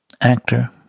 actor